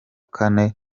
kane